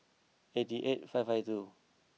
eighty eight five five two